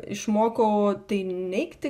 išmokau tai neigti